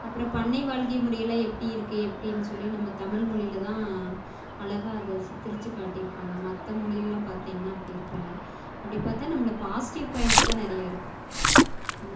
அப்புறம் பண்ணை வாழ்க்கை முறையெல்லாம் எப்படி இருக்குது எப்படின்னு சொல்லி நம்ம தமிழ்மொழியில் தான் அழகாக அதை சித்திரிச்சு காட்டியிருப்பாங்க மற்ற மொழியிலெல்லாம் பார்த்தீங்னா அப்படி இருப்பன அப்படி பார்த்தா நம்மளை பாசிட்டிவ் பாயிண்ட்ஸ் தான் நிறையா இருக்கும் அந்த